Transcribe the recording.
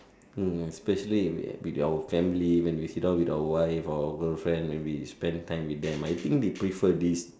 mm especially with with our family when we sit down with our wife or girlfriend when we spend time with them I think they prefer this